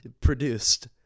produced